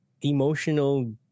emotional